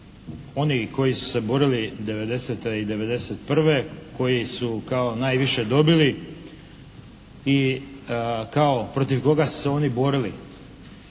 oni koji su se borili '90. i '91., koji su kao najviše dobili i kao protiv koga su se oni borili.